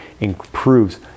improves